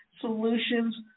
solutions